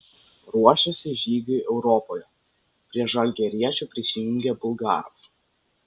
ruošiasi žygiui europoje prie žalgiriečių prisijungė bulgaras